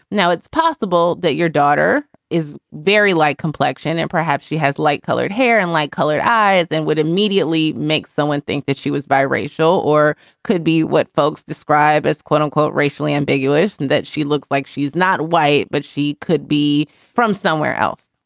now, it's possible that your daughter is very light complexion and perhaps she has light colored hair and light colored eyes and would immediately make someone think that she was bi racial or could be what folks describe as quote unquote racially ambiguous and that she looks like she's not white, but she could be from somewhere else.